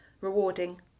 rewarding